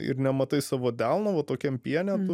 ir nematai savo delno va tokiam piene tu